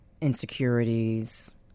insecurities